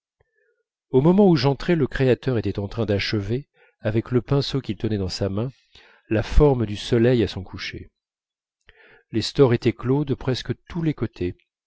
au moment où j'entrai le créateur était en train d'achever avec le pinceau qu'il tenait dans sa main la forme du soleil à son coucher les stores étaient clos de presque tous les côtés